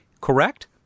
Correct